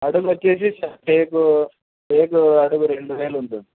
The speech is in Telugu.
అడుగు వచ్చేసి టేకు టేకు అడుగు రెండువేలు ఉంటుంది